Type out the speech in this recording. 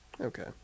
Okay